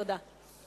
תודה.